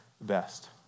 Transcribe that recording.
best